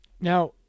Now